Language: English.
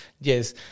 Yes